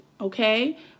okay